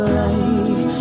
life